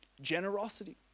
Generosity